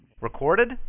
Recorded